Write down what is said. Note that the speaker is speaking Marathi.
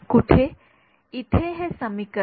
विद्यार्थी इथे हे समीकरण